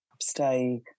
stay